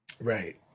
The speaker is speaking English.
Right